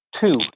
Two